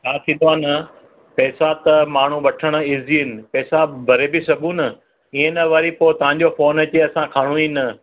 हा थींदो आहे न पैसा त माण्हू वठणु ईजी आहिनि पैसा भरे बि सघूं न इएं न वरी पोइ तव्हां जो फ़ोन अचे असां खणूं ई न